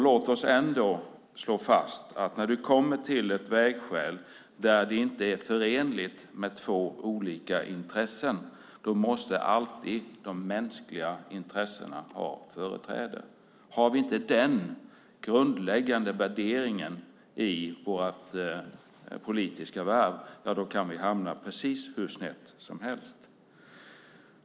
Låt oss ändå slå fast att när man kommer till ett vägskäl där det inte är förenligt med två olika intressen måste de mänskliga intressena alltid ha företräde. Har vi inte den grundläggande värderingen i vårt politiska värv kan vi hamna precis hur snett som helst.